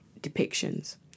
depictions